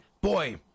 Boy